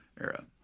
era